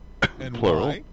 plural